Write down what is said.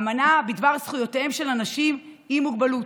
אמנה בדבר זכויותיהם של אנשים עם מוגבלות.